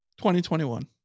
2021